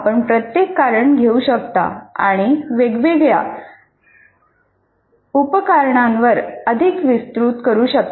आपण प्रत्येक कारणे घेऊ शकता आणि वेगवेगळ्या उप कारणांवर अधिक विस्तृत करू शकता